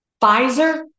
Pfizer